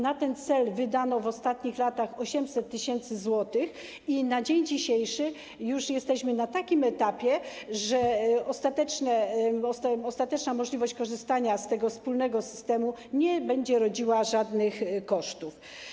Na ten cel wydano w ostatnich latach 800 tys. zł i na dzień dzisiejszy już jesteśmy na takim etapie, że ostateczna możliwość korzystania z tego wspólnego systemu nie będzie rodziła żadnych kosztów.